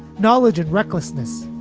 knowledge and recklessness,